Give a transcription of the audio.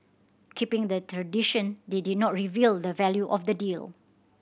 keeping the tradition they did not reveal the value of the deal